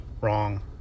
wrong